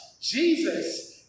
Jesus